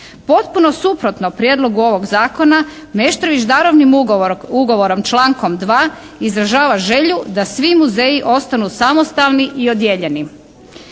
Potpuno suprotno prijedlogu ovog zakona Meštrović darovnim ugovorom člankom 2., izražava želju da svi muzeji ostanu samostalni i odijeljeni.